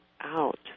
out